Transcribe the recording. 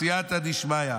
בסיעתא דשמיא.